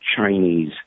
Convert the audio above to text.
Chinese